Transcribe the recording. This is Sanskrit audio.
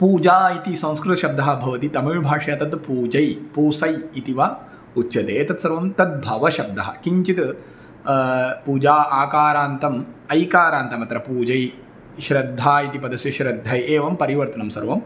पूजा इति संस्कृतशब्दः भवति तमिळ् भाषया तद् पूजै पूसै इति वा उच्यते एतत्सर्वं तद्भवशब्दाः किञ्चित् पूजा आकारान्तम् ऐकारान्तमत्र पूजै श्रद्धा इति पदस्य श्रद्धै एवं परिवर्तनं सर्वम्